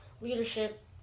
leadership